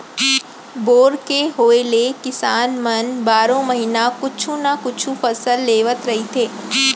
bore के होए ले किसान मन बारो महिना कुछु न कुछु फसल लेवत रहिथे